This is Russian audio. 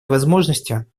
возможностью